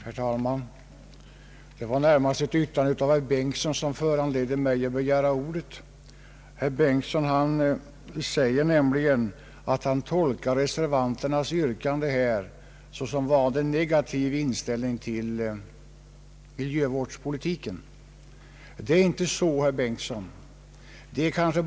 Herr talman! Det var närmast ett yttrande av herr Bengtson som föranledde mig att begära ordet. Herr Bengtson säger att han tolkar reservanternas yrkande såsom ett bevis på en negativ inställning till miljövårdspolitiken. Det är en felaktig tolkning, herr Bengtson.